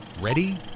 Ready